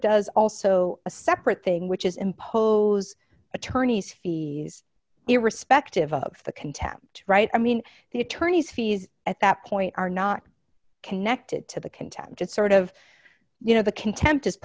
does also a separate thing which is impose attorney's fees irrespective of the contempt right i mean the attorney's fees at that point are not connected to the content just sort of you know the contempt is